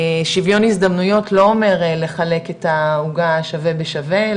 שיווין הזדמנויות לא אומר לחלק את העוגה שווה בשווה,